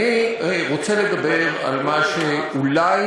אני רוצה לדבר על מה שאולי,